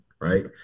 right